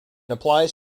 applies